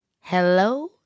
Hello